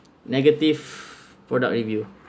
negative product review